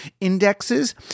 indexes